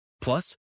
Plus